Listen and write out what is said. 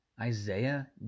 Isaiah